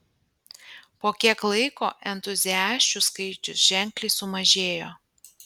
po kiek laiko entuziasčių skaičius ženkliai sumažėjo